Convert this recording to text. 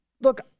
look